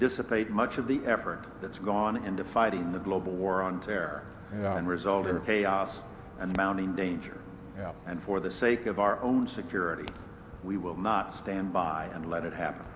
dissipate much of the effort that's gone into fighting the global war on terror and result in chaos and mounting danger and for the sake of our own security we will not stand by and let it happen